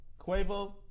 Quavo